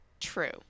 True